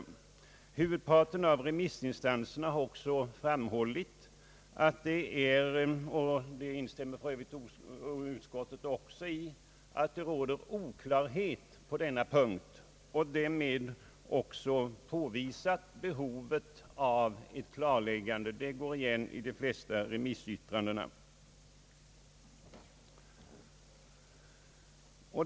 Huvudparten av remissinstanserna har också framhållit — och det instämmer för övrigt utskottet i — att det råder oklarhet på denna punkt. Det går igen i de flesta remissyttrandena att man påvisar behovet av ett klarläggande.